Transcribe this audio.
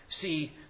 see